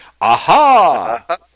Aha